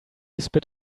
spit